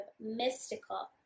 mystical